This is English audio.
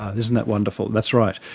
isn't that wonderful, that's right.